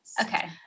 Okay